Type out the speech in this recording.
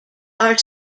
are